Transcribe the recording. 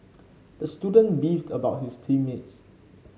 the student beefed about his team mates